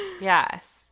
yes